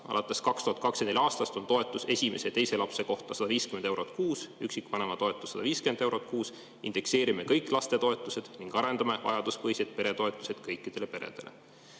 Alates 2024. aastast on toetus esimese ja teise lapse kohta 150 eurot kuus, üksikvanema toetus 150 eurot kuus. Indekseerime kõik lastetoetused ning arendame vajaduspõhiseid peretoetuseid kõikidele peredele."Olles